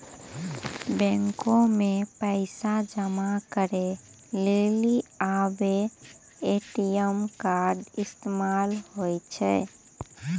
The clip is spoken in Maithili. बैको मे पैसा जमा करै लेली आबे ए.टी.एम कार्ड इस्तेमाल होय छै